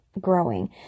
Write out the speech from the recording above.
growing